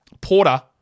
Porter